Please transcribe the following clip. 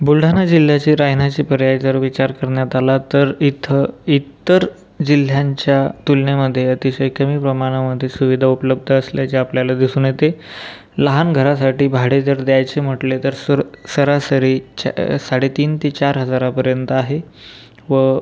बुलढाणा जिल्ह्याचे राहण्याचे पर्याय जर विचार करण्यात आला तर इथं इतर जिल्ह्यांच्या तुलनेमध्ये अतिशय कमी प्रमाणामध्ये सुविधा उपलब्ध असल्याचे आपल्याला दिसून येते लहान घरासाठी भाडे जर द्यायचे म्हटले तर सर सरासरीचा साडेतीन ते चार हजारापर्यंत आहे व